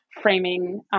framing